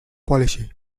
policy